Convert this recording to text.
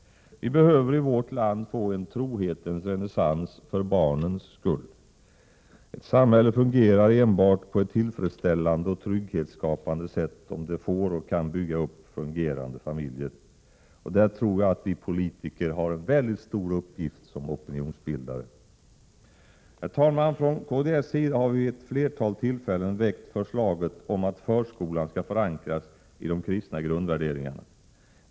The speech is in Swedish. Vi behöver i vårt land få en trohetens renässans för barnens skull. Ett samhälle fungerar på ett tillfredsställande och trygghetsskapande sätt enbart om det får och kan bygga upp fungerande familjer. Därvidlag tror jag att vi politiker har en väldigt stor uppgift som opinionsbildare. Herr talman! Från kds sida har vi vid ett flertal tillfällen väckt förslaget om att förskolan skall förankras i de kristna grundvärderingarna.